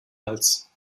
hals